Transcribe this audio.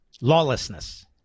lawlessness